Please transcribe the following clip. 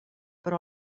però